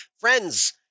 friends